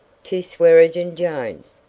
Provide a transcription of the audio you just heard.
to swearengen jones,